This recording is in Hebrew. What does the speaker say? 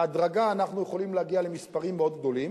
בהדרגה אנחנו יכולים להגיע למספרים מאוד גדולים,